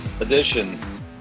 edition